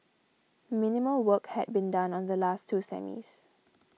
minimal work had been done on the last two semis